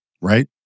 right